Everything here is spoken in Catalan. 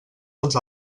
els